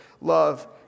love